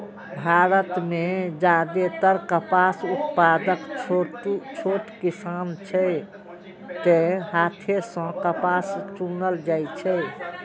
भारत मे जादेतर कपास उत्पादक छोट किसान छै, तें हाथे सं कपास चुनल जाइ छै